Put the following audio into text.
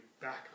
back